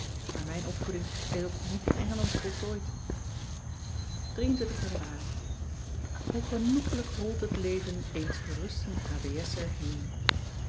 maar mijn opvoeding is ook nog niet in engeland voltooid anuari oe genoeglijk rolt het leven eens gerusten h